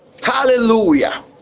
Hallelujah